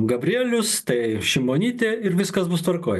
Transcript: gabrielius tai šimonytė ir viskas bus tvarkoj